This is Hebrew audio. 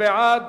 מי בעד?